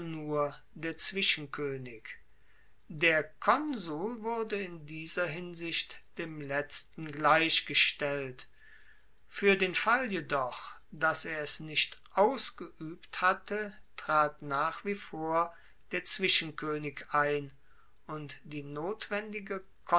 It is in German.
nur der zwischenkoenig der konsul wurde in dieser hinsicht dem letzten gleichgestellt fuer den fall jedoch dass er es nicht ausgeuebt hatte trat nach wie vor der zwischenkoenig ein und die notwendige